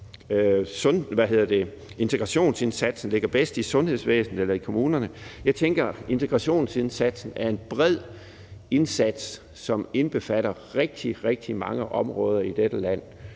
integrationsindsatsen ligger bedst i sundhedsvæsenet eller i kommunerne, tænker jeg, at integrationsindsatsen er en bred indsats, som indbefatter rigtig, rigtig mange områder i dette land.